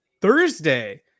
Thursday